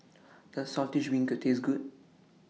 Does Saltish Beancurd Taste Good